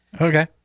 Okay